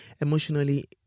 emotionally